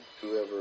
Whoever